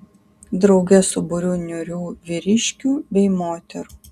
drauge su būriu niūrių vyriškių bei moterų